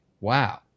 wow